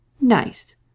Nice